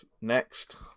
next